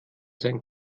sein